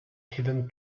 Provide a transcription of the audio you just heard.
hidden